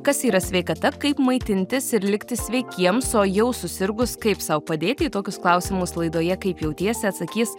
kas yra sveikata kaip maitintis ir likti sveikiems o jau susirgus kaip sau padėti į tokius klausimus laidoje kaip jautiesi atsakys